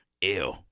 Ew